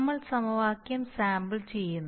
നമ്മൾ സമവാക്യം സാമ്പിൾ ചെയ്യുന്നു